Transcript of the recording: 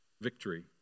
Victory